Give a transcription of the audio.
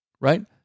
right